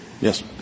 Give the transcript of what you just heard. Yes